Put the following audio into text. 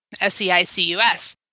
S-E-I-C-U-S